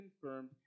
confirmed